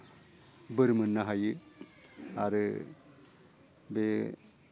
बोर मोन्नो हायो आरो बे